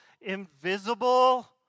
invisible